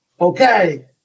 Okay